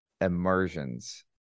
immersions